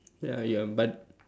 ya ya but